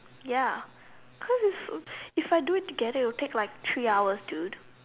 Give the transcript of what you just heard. ya cause its so if I do it together it will take like three hours dude